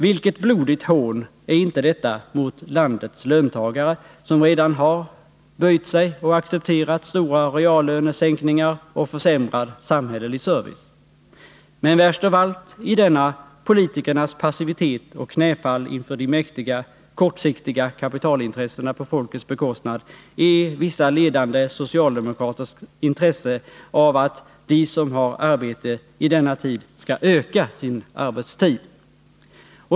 Vilket blodigt hån är inte det mot landets löntagare, som redan har böjt sig och accepterat stora reallönesänkningar och försämrad samhällelig service. Men värst av allt i denna politikernas passivitet och detta knäfall inför de mäktiga, kortsiktiga kapitalintressena på folkets bekostnad är vissa ledande socialdemokraters intresse av att de som nu har arbete skall öka sin arbetstid.